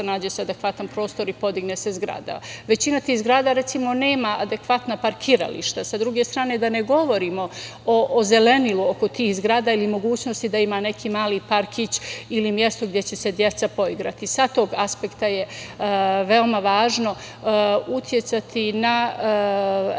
nađe se adekvatan prostor i podigne se zgrada. Većina tih zgrada nema adekvatna parkirališta, sa druge strane da ne govorim o zelenilu oko tih zgrada ili mogućnosti da ima neki mali parkić ili mesto gde će se deca poigrati. Sa tog aspekta je veoma važno uticati na